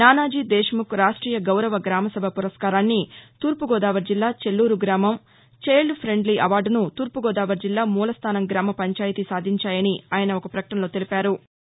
నానాజీ దేశ్ముఖ్ రాష్ట్రీయ గౌరవ గ్రామసభ పురస్కారాన్ని తూర్పు గోదావరి జిల్లా చెల్లూరు గ్రామం టైల్డ్ డ్రెండ్లీ అవార్డును తూర్పుగోదావరి జిల్లా మూలస్థానం గ్రామ పంచాయతీ సాధించాయని ఆయన ఒక పకటనలో తెలిపారు